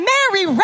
Mary